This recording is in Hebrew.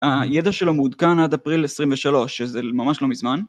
ה...ידע שלו מעודכן, עד אפריל 23, שזה ל-ממש לא מזמן.